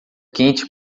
quente